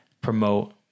promote